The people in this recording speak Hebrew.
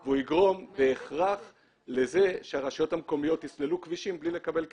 הוא יגרום בהכרח לכך שהרשויות המקומיות יסללו כבישים בלי לקבל כסף,